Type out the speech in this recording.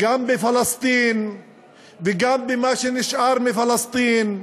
גם בפלסטין וגם במה שנשאר מפלסטין,